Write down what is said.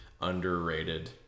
underrated